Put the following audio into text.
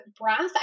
breath